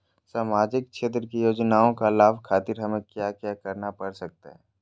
सामाजिक क्षेत्र की योजनाओं का लाभ खातिर हमें क्या क्या करना पड़ सकता है?